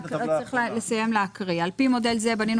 צריך לסיים להקריא על פי מודל זה בנינו